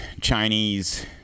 chinese